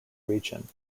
region